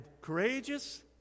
courageous